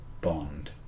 Bond